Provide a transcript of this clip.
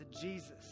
Jesus